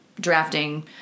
drafting